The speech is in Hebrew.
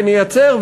ונייצר,